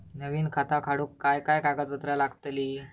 नवीन खाता काढूक काय काय कागदपत्रा लागतली?